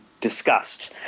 discussed